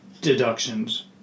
deductions